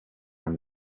aan